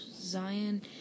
Zion